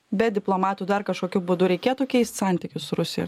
be diplomatų dar kažkokiu būdu reikėtų keist santykius su rusija